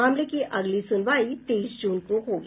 मामले की अगली सुनवाई तेईस जून को होगी